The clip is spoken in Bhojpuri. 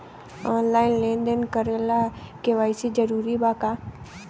आनलाइन लेन देन करे ला के.वाइ.सी जरूरी बा का?